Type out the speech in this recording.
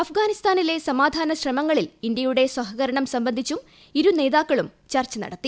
അഫ്ഗാനിസ്ഥാനിലെ സമാധാന ശ്രമങ്ങളിൽ ഇന്ത്യയുടെ സഹകരണം സംബന്ധിച്ചും ഇരു നേതാക്കളും ചർച്ച നടത്തി